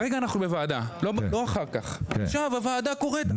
כרגע אחנו בוועדה לא אחר כך, עכשיו הוועדה קורית.